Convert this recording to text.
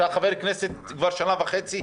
אתה חבר כנסת כבר שנה וחצי.